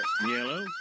Yellow